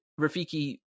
rafiki